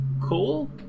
cool